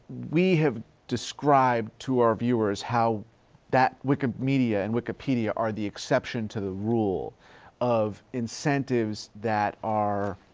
we have described to our viewers how that wikimedia and wikipedia are the exception to the rule of incentives that are